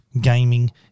gaming